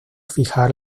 fijar